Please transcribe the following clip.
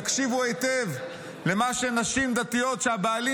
תקשיבו היטב למה שנשים דתיות שהבעלים